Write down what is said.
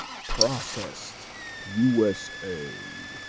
processed u s a.